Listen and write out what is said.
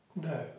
No